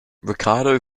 ricardo